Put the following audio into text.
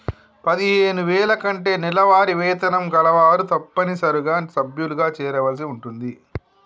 పదిహేను వేల కంటే నెలవారీ వేతనం కలవారు తప్పనిసరిగా సభ్యులుగా చేరవలసి ఉంటుంది